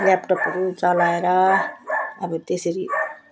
ल्यापटपहरू चलाएर अब त्यसरी